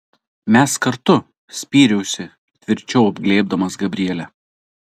mes kartu spyriausi tvirčiau apglėbdamas gabrielę